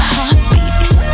Heartbeats